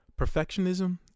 Perfectionism